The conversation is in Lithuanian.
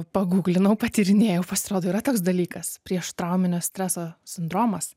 pagūglinau patyrinėjau pasirodo yra toks dalykas prieštrauminio streso sindromas